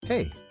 Hey